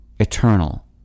Eternal